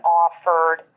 offered